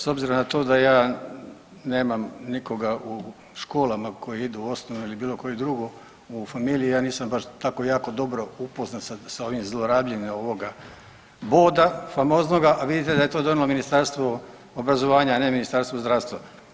S obzirom na to da ja nemam nikoga u školama koji idu u osnovnu ili bilo koju drugu u familiji, ja nisam baš tako jako dobro upoznat sa ovim zlorabljenjem ovoga boda famoznoga, a vidite da je to donijelo Ministarstvo obrazovanja, a ne Ministarstvo zdravstva.